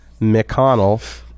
McConnell